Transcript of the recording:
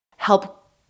help